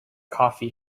coffee